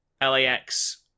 LAX